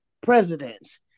presidents